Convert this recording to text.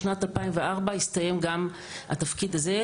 בשנת 2004 הסתיים גם התפקיד הזה,